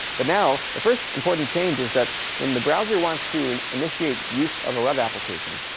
but now, the first important change is that when the browser wants to and initiate use of a web application,